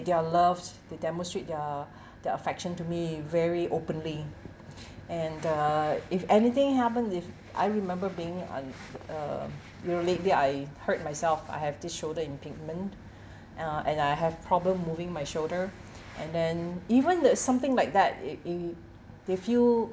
their love they demonstrate their their affection to me very openly and uh if anything happened if I remember being on uh you know lately I hurt myself I have this shoulder impingement uh and I have problem moving my shoulder and then even that something like that err err they feel